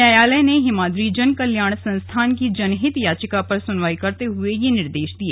न्यायालय ने हिमाद्री जन कल्याण संस्थान की जनहित याचिका पर सुनवाई करते हुए ये निर्देश दिए